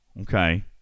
Okay